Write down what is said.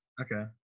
Okay